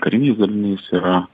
kariniais daliniais yra